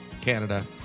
Canada